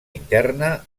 interna